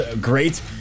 great